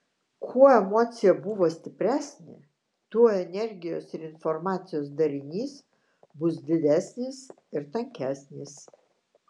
kuo emocija buvo stipresnė tuo energijos ir informacijos darinys bus didesnis ir tankesnis